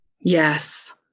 Yes